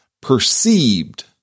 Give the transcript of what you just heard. Perceived